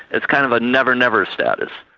it's kind of a never-never status.